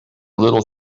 little